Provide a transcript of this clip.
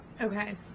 Okay